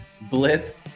blip